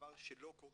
דבר שלא קורה,